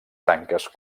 branques